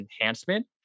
enhancement